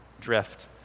drift